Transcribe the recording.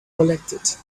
collected